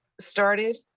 started